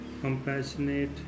compassionate